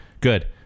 Good